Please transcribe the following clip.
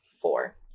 Four